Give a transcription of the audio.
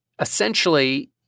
Essentially